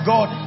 God